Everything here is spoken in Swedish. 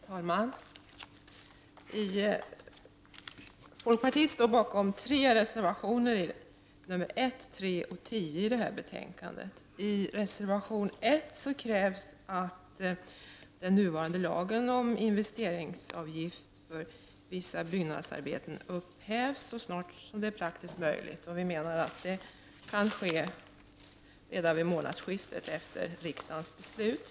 Herr talman! Folkpartiet står bakom tre reservationer, nr 1,3 och 10, i det här betänkandet. vissa byggnadsarbeten upphävs så snart det är praktiskt möjligt. Vi menar att det kan ske redan vid månadsskiftet efter riksdagens beslut.